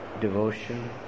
devotion